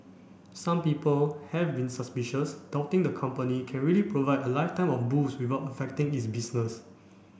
some people have been suspicious doubting the company can really provide a lifetime of booze without affecting its business